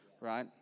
right